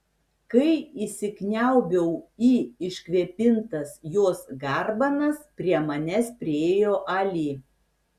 kai įsikniaubiau į iškvėpintas jos garbanas prie manęs priėjo ali